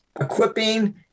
equipping